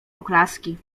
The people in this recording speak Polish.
oklaski